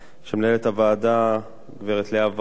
של מנהלת הוועדה גברת לאה ורון,